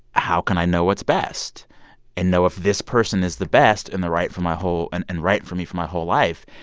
how can i know what's best and know if this person is the best and the right for my whole and and right for me for my whole life?